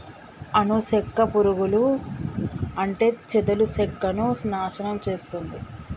అను సెక్క పురుగులు అంటే చెదలు సెక్కను నాశనం చేస్తుంది